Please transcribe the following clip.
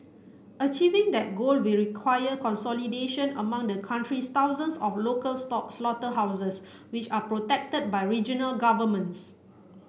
achieving that goal will require consolidation among the country's thousands of local slaughterhouses which are protected by regional governments